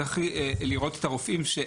צריך לראות את הרופאים,